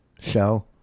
show